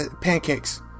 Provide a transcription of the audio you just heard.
pancakes